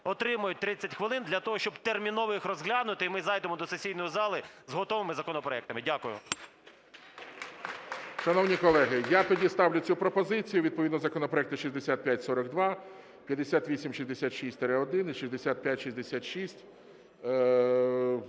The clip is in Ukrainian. отримають 30 хвилин для того, щоб терміново їх розглянути і ми зайдемо до сесійної зали з готовими законопроектами. Дякую. ГОЛОВУЮЧИЙ. Шановні колеги, я тоді ставлю цю пропозицію: відповідно законопроекти 6542, 5866-1 і 6566,